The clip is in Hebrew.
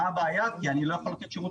ולכן אני רוצה שתתייחסי